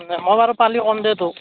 দে মই বাৰু পালি কম দে তোক